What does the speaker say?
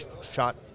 shot